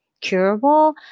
curable